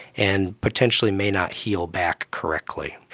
and potentially may not heal back correctly.